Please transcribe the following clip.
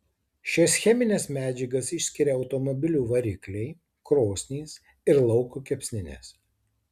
šias chemines medžiagas išskiria automobilių varikliai krosnys ir lauko kepsninės